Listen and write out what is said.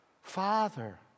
Father